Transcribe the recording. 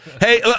Hey